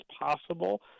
possible